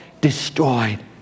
destroyed